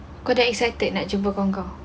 aku dah excited nak jumpa kawan kau